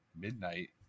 midnight